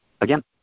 again